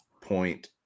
point